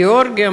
גאורגיה,